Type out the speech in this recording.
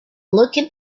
looking